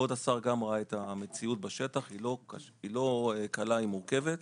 כבוד השר ראה את המציאות בשטח היא לא קלה והיא מורכבת.